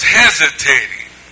hesitating